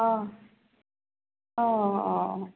অঁ অঁ অঁ